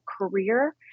career